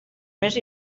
més